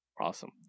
Awesome